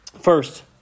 First